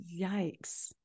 Yikes